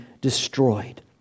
destroyed